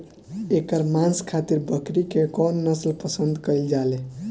एकर मांस खातिर बकरी के कौन नस्ल पसंद कईल जाले?